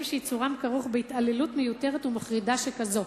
שייצורם כרוך בהתעללות מיותרת ומחרידה שכזאת.